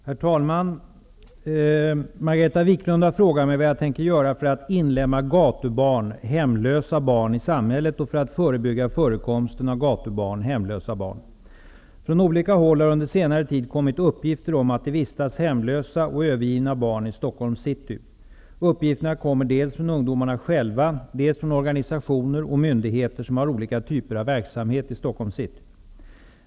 Herr talman! Margareta Viklund har frågat mig vad jag tänker göra för att inlemma gatubarn hemlösa barn. Från olika håll har under senare tid kommit uppgifter om att det vistas hemlösa och övergivna barn i Stockholms city. Uppgifterna kommer dels från ungdomarna själva, dels från organisationer och myndigheter som har olika typer av verksamhet i Stockholms city.